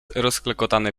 rozklekotane